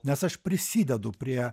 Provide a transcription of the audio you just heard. nes aš prisidedu prie